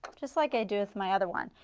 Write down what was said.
um just like i do with my other one.